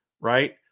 right